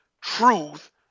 truth